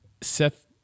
Seth